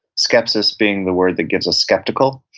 skepsis being the word that gives us skeptical.